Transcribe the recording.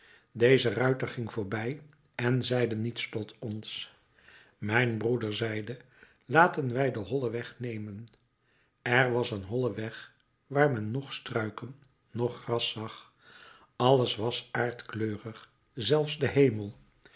deze ruiter ging voorbij en zeide niets tot ons mijn broeder zeide laten wij den hollen weg nemen er was een holle weg waar men noch struiken noch gras zag alles was aardkleurig zelfs de hemel